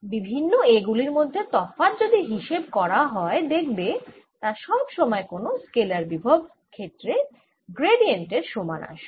বিভিন্ন A গুলির মধ্যে তফাত যদি হিসেব করা হয় দেখবে তা সব সময় কোন স্কেলার বিভব ক্ষেত্রের গ্র্যাডিয়েন্ট এর সমান আসবে